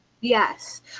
Yes